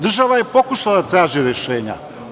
Država je pokušala da traži rešenja.